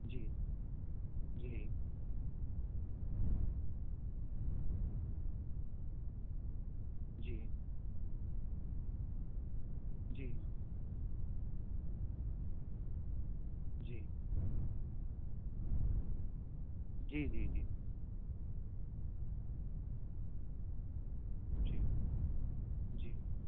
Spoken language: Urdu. جی جی جی جی جی جی جی جی جی جی